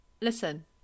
listen